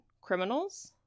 criminals